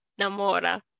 Namora